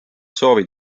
soovid